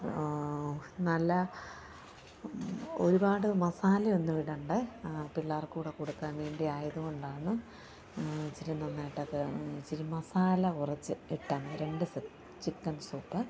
നല്ല ഒരുപാട് മസാലയൊന്നും ഇടണ്ടേ പിള്ളേർക്കു കൂടി കൊടുക്കാൻ വേണ്ടി ആയതു കൊണ്ടാണ് ഇച്ചിരി നന്നായിട്ടൊക്കെ ഇച്ചിരി മസാല കുറച്ച് ഇട്ടാൽ മതി രണ്ടു സെറ്റ് ചിക്കൻ സൂപ്പ്